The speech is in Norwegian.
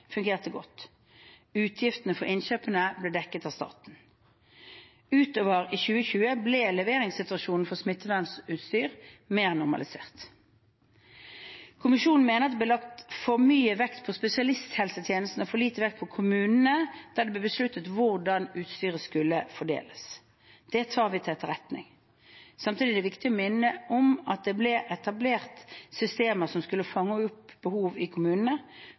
fungerte godt, og utgiftene for innkjøpene ble dekket av staten. Utover i 2020 ble leveringssituasjonen for smittevernutstyr mer normalisert. Kommisjonen mener at det ble lagt for mye vekt på spesialisthelsetjenesten og for lite vekt på kommunene da det ble besluttet hvordan utstyret skulle fordeles. Det tar vi til etterretning. Samtidig er det viktig å minne om at det ble etablert systemer som skulle fange opp behov i kommunene.